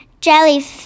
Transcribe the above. jelly